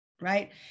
Right